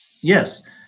yes